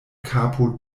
kapo